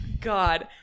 God